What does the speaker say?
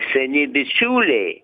seni bičiuliai